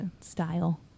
style